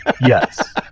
yes